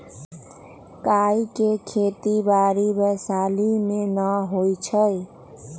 काइ के खेति बाड़ी वैशाली में नऽ होइ छइ